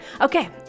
okay